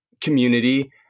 community